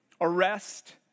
Arrest